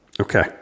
Okay